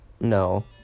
No